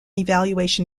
evaluation